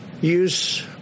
use